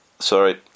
Sorry